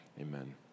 amen